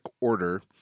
order